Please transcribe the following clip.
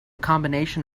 combination